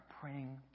praying